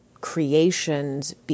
creations